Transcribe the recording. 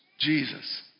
Jesus